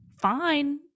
fine